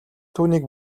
түүнийг